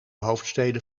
hoofdsteden